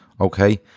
okay